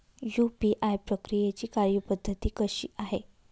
UPI प्रक्रियेची कार्यपद्धती कशी आहे?